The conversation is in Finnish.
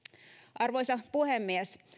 arvoisa puhemies